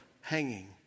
hanging